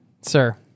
sir